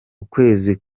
ukwezi